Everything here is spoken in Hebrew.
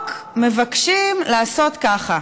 בחוק מבקשים לעשות ככה: